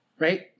Right